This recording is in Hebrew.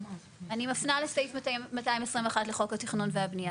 אני מפנה לסעיף 221 לחוק התכנון והבנייה,